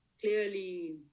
clearly